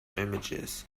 images